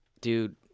dude